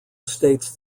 states